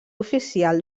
oficial